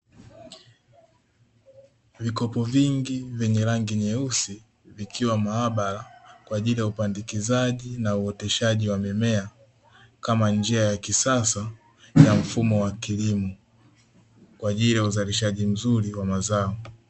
Vikopo vingi vyenye rangi nyeusi vikiwa maabara kwaajili ya upandikizaji na uoteshaji wa mimea, kama njia ya kisasa ya mfumo wa kilimo kwaajili ya uzalishaji mzuri wa mazao.